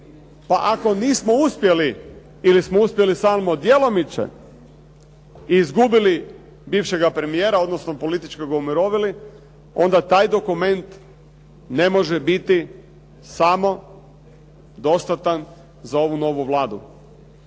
Pa ako nismo uspjeli, ili smo uspjeli samo djelomično i izgubili bivšega premijera, odnosno politički ga umirovili, onda taj dokument ne može biti samo dostatan za ovu novu Vladu.